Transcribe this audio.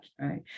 right